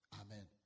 Amen